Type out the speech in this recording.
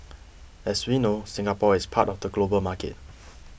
as we know Singapore is part of the global market